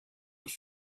was